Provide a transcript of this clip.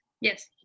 Yes